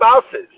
spouses